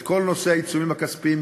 את כל נושא העיצומים הכספיים,